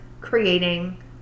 creating